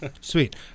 Sweet